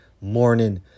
Morning